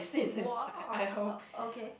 !wow! okay